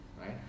right